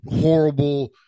horrible